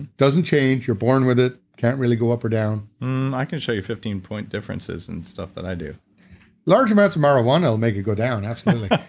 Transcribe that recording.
doesn't change, you're born with it, can't really go up or down i can show you fifteen point differences in stuff that i do large amounts of marijuana will make you go down, absolutely.